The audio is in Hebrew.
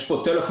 יש פה טלפון,